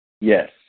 Yes